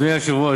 אדוני היושב-ראש,